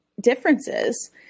differences